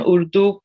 Urdu